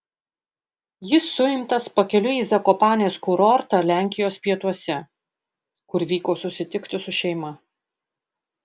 jis suimtas pakeliui į zakopanės kurortą lenkijos pietuose kur vyko susitikti su šeima